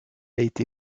été